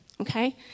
Okay